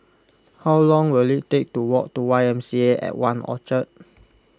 how long will it take to walk to Y M C A at one Orchard